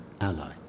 ally